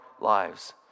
lives